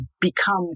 become